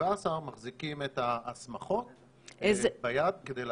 מחזיקים את ההסמכות ביד כדי לעשות,